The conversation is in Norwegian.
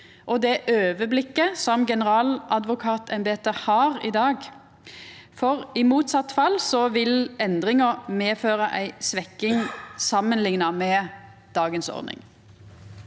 og det overblikket som generaladvokatembetet har i dag. I motsett fall vil endringa medføra ei svekking samanlikna med dagens ordning.